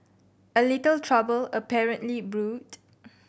a little trouble apparently brewed